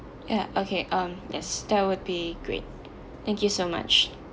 yeah okay um yes that would be great thank you so much